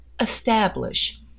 establish